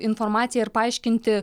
informaciją ir paaiškinti